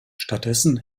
stattdessen